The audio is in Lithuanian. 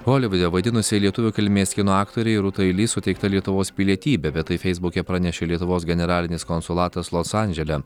holivude vaidinusiai lietuvių kilmės kino aktorei rūtai li suteikta lietuvos pilietybė bet tai feisbuke pranešė lietuvos generalinis konsulatas los andžele